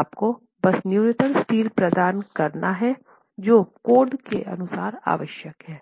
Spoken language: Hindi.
आपको बस न्यूनतम स्टील प्रदान करना है जो कोड के अनुसार आवश्यक है